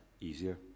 easier